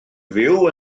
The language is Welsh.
fyw